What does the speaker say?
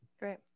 great